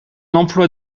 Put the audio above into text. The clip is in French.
emploie